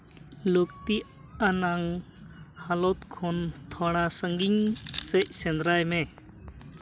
ᱞᱟᱹᱠᱛᱤ ᱟᱱᱟᱜ ᱦᱟᱞᱚᱛ ᱠᱷᱚᱱ ᱛᱷᱚᱲᱟ ᱥᱟᱹᱜᱤᱧ ᱥᱮᱫ ᱥᱮᱱᱫᱽᱨᱟᱭ ᱢᱮ